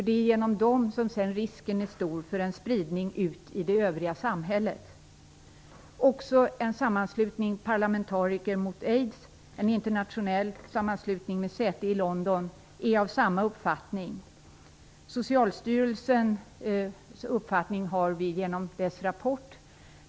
Det är genom dem som risken sedan är stor för en spridning ut i övriga samhället. Också en internationell sammanslutning, Parlamentariker mot aids, med säte i London är av samma uppfattning. Socialstyrelsens uppfattning har vi genom dess rapport.